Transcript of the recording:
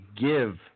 give